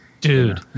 dude